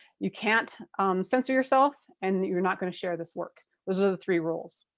you can't censor yourself and you're not gonna share this work. those are the three rules.